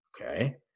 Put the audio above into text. Okay